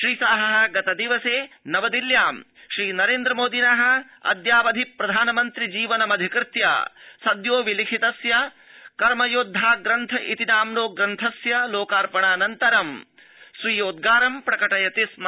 श्रीशाहो गतदिवसे नवदिल्ल्यां श्रीनरेन्द्र मोदिन अद्यावधि प्रधानमन्त्रि जीवनम् अधिकृत्य सद्यो विलिखितस्य कर्मयोद्धा ग्रन्थ इति नाम्नो ग्रन्थस्य लोकार्पणाऽनन्तरं स्वीयोद्गारं प्रकटयति स्म